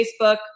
Facebook